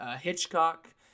Hitchcock